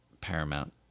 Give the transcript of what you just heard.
paramount